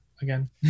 again